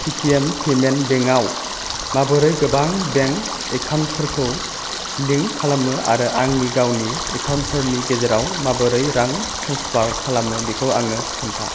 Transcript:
Paytm payments bank आव मामाबोरै गोबां बेंक एकाउन्टफोरखौ लिंक खालामो आरो आंनि गावनि एकाउन्टफोरनि गेजेराव माबोरै रां ट्रेन्सफार खालामो बेखौ आंनो खोन्था